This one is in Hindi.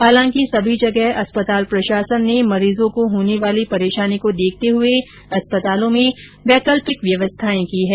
हालांकि सभी जगह अस्पताल प्रशासन ने मरीजों को होने वाली परेशानी को देखते हुए अस्पतालों में वैकल्पिक व्यवस्थाएं की हैं